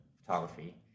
photography